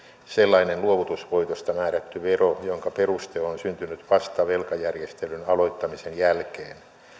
sellainen luovutusvoitosta määrätty vero jonka peruste on syntynyt vasta velkajärjestelyn aloittamisen jälkeen